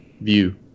view